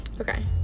okay